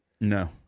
No